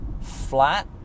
flat